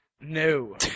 No